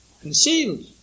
concealed